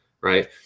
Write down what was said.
right